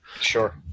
sure